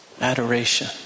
adoration